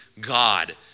God